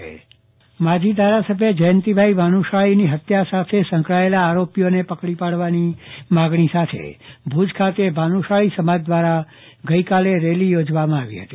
ચંદ્રવદન પટ્ટણી ભાનુશાલી સમાજ રેલી માજી ધારાસભ્ય જયંતિભાઈ ભાનુશાળીની હત્ય સાથે સંકળાયેલા આરોપીઓને પકડી પાડવાની માંગણી સાથે ભુજ ખાતે ભાનુશાળી સમાજ દ્વારા રેલી યોજવામાં આવી હતી